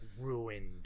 Ruined